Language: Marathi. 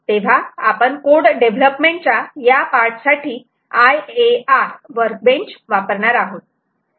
तेव्हा आपण कोड डेव्हलपमेंट च्या या पार्ट साठी IAR वर्कबेंच वापरणार आहोत